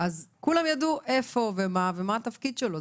כולם ידעו איפה, מה ומה התפקיד שלו.